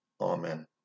Amen